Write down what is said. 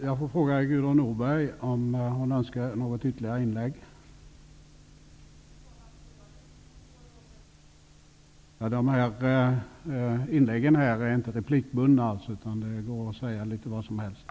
Jag vill meddela Gudrun Norberg att hon har rätt till ytterligare ett inlägg, eftersom de vanliga replikreglerna inte gäller för debatter av detta slag.